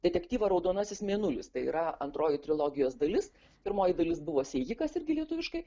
detektyvą raudonasis mėnulis tai yra antroji trilogijos dalis pirmoji dalis buvo sėjikas irgi lietuviškai